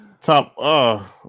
Top